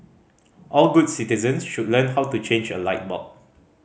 all good citizens should learn how to change a light bulb